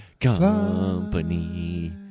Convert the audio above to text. Company